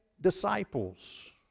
disciples